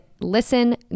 listen